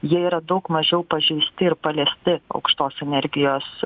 jie yra daug mažiau pažeisti ir paliesti aukštos energijos